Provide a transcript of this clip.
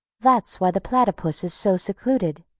that's why the platypus is so secluded.